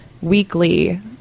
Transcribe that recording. weekly